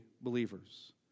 believers